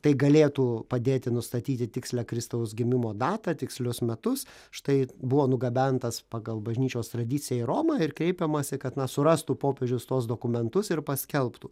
tai galėtų padėti nustatyti tikslią kristaus gimimo datą tikslius metus štai buvo nugabentas pagal bažnyčios tradiciją į romą ir kreipiamasi kad surastų popiežius tuos dokumentus ir paskelbtų